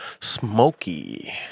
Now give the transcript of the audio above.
smoky